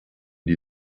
die